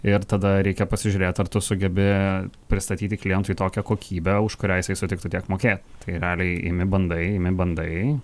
ir tada reikia pasižiūrėt ar tu sugebi pristatyti klientui tokią kokybę už kurią jisai sutiktų tiek mokėt tai realiai imi bandai bandai